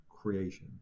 creation